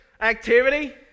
activity